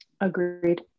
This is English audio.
Agreed